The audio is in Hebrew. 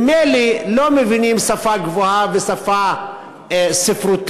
ממילא לא מבינים שפה גבוהה ושפה ספרותית,